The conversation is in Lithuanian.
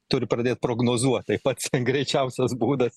turi pradėt prognozuot tai pats greičiausias būdas